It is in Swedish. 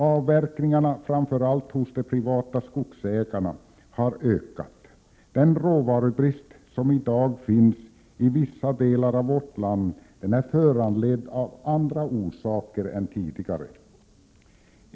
Avverkningarna — framför allt hos de privata skogsägarna — har ökat. Den råvarubrist som i dag finns i vissa delar av vårt land är föranledd av andra saker än tidigare.